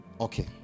Okay